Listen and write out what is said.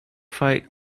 fight